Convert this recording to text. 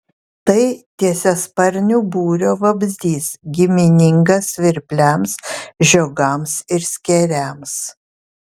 tai tiesiasparnių būrio vabzdys giminingas svirpliams žiogams ir skėriams